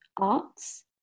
Arts